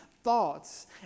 thoughts